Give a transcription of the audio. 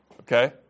Okay